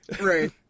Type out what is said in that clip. Right